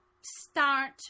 start